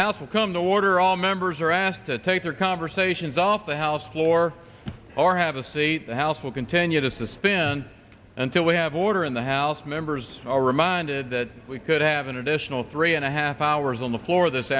will come to order all members are asked to take their conversations off the house floor or have a seat the house will continue to suspend until we have order in the house members are reminded that we could have an additional three and a half hours on the floor this